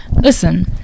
listen